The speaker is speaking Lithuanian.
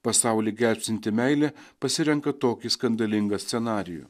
pasauly gelbstinti meilė pasirenka tokį skandalingą scenarijų